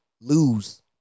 lose